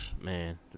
Man